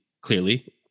clearly